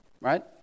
right